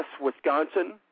Wisconsin